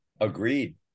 Agreed